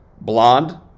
Blonde